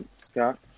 Scott